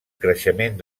creixement